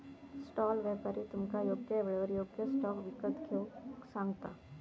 stall व्यापारी तुमका योग्य येळेर योग्य स्टॉक विकत घेऊक सांगता